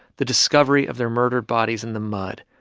the discovery of their murdered bodies in the mud,